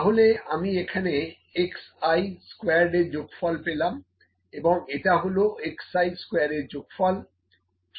তাহলে আমি এখানে xi স্কোয়ার্ড এর যোগফল পেলাম এবং এটা হলো xi এর যোগফল